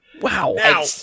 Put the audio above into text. Wow